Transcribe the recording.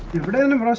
the predominant